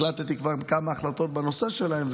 החלטתי כבר כמה החלטות בנושא שלהם.